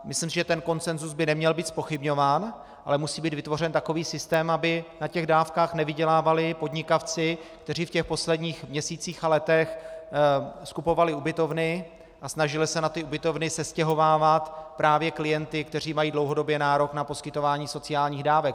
Myslím, že ten konsensus by neměl být zpochybňován, ale musí být vytvořen takový systém, aby na dávkách nevydělávali podnikavci, kteří v těch posledních měsících a letech skupovali ubytovny a snažili se na ty ubytovny sestěhovávat právě klienty, kteří mají dlouhodobě nárok na poskytování sociálních dávek.